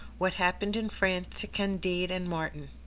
what happened in france to candide and martin.